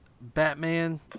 Batman